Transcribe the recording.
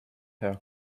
her